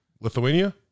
Lithuania